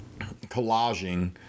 collaging